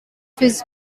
his